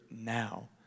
now